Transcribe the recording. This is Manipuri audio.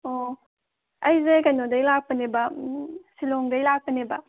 ꯑꯣ ꯑꯩꯁꯦ ꯀꯩꯅꯣꯗꯩ ꯂꯥꯛꯄꯅꯦꯕ ꯎꯝ ꯁꯤꯂꯣꯡꯗꯒꯤ ꯂꯥꯛꯄꯅꯦꯕ